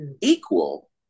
Equal